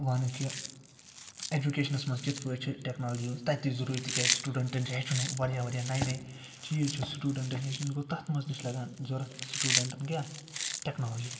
وَنہٕ کہِ ایٚجُکیشنَس مَنٛز کِتھ پٲٹھۍ چھ ٹیٚکنالجی یوٗز تَتہِ ضٔروٗری تکیاز سٹوٗڈنٛٹَن چھُ ہیٚچھُن واریاہ واریاہ نَیہِ نَیہِ چیٖز چھِ سٹوٗڈنٛٹَن ہیٚچھِن گوٚو تتھ مَنٛز چھِ لگان ضوٚرَتھ سٹوٗڈنٛٹَن کیٛاہ ٹیٚکنالجی